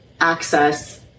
access